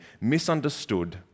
misunderstood